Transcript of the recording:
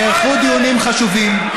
נערכו דיונים חשובים,